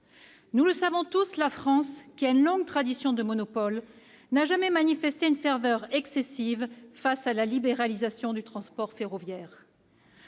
Nous le savons tous, la France, qui a une longue tradition de monopole, n'a jamais manifesté une ferveur excessive face à la libéralisation du transport ferroviaire.